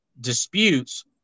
disputes